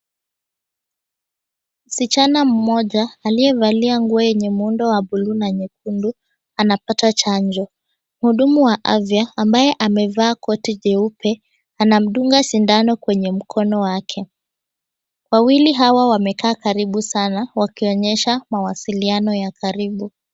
Msichana mmoja, aliyevalia nguo yenye muundo wa buluu na nyekundu, anapata chanjo. Mhudumu wa afya ambaye amevaa koti jeupe, anamdunga sindano kwenye mkono wake. Wawili hawa wamekaa karibu sana, wakiwaonyesha mawasiliano ya karibu.